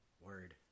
Word